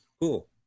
Cool